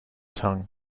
tongue